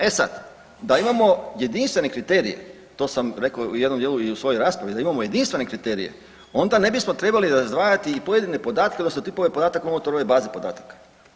E sad, da imamo jedinstvene kriterije to sam rekao u jednom dijelu i u svojoj raspravi, da imamo jedinstvene kriterije onda ne bismo trebali razdvajati i pojedine podatke, odnosno tipove podataka unutar ove baze podataka.